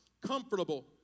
comfortable